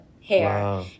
hair